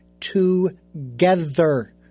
together